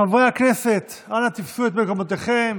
חברי הכנסת, אנא תפסו את מקומותיכם.